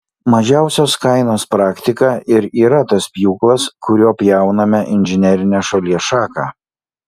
mažiausios kainos praktika ir yra tas pjūklas kuriuo pjauname inžinerinę šalies šaką